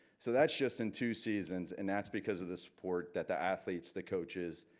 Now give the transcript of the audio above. so that's just in two seasons, and that's because of the support that the athletes, the coaches,